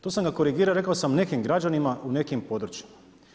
Tu sam ga korigirao, rekao sam nekim građanima u nekim područjima.